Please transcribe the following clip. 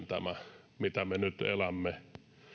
tämä aika mitä nyt elämme